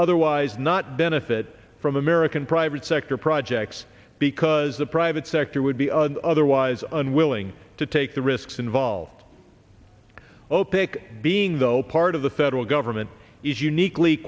otherwise not benefit from american private sector projects because the private sector would be otherwise unwilling to take the risks involved opaque being though part of the federal government is uniquely